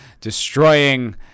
destroying